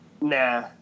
Nah